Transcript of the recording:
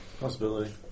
Possibility